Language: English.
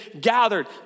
gathered